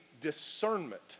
discernment